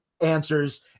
answers